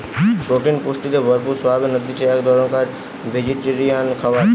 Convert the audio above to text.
protein পুষ্টিতে ভরপুর soybean হতিছে এক ধরণকার ভেজিটেরিয়ান খাবার